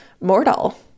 mortal